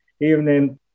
evening